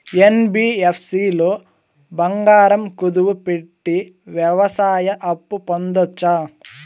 NBFC లో బంగారం కుదువు పెట్టి వ్యవసాయ అప్పు పొందొచ్చా?